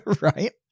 right